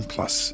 Plus